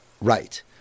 Right